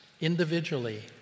individually